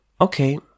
Okay